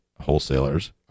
wholesalers